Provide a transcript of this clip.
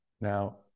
Now